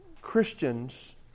Christians